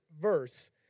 verse